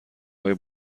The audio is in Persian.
های